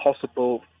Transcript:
possible